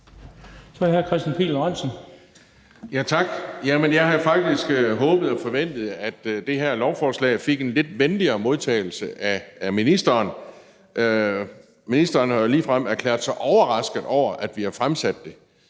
Jeg havde faktisk håbet og forventet, at det her lovforslag fik en lidt venligere modtagelse af ministeren. Ministeren har jo ligefrem erklæret sig overrasket over, at vi har fremsat det.